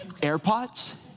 airpods